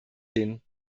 gehen